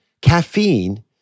Caffeine